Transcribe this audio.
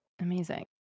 Amazing